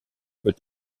peut